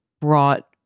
brought